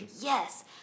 Yes